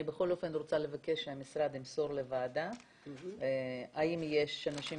אני בכל אופן רוצה לבקש שהמשרד ימסור לוועדה האם יש אנשים